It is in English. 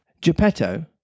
Geppetto